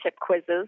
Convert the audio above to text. quizzes